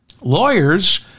Lawyers